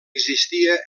existia